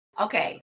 Okay